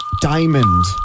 diamond